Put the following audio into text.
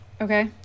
Okay